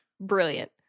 Brilliant